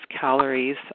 calories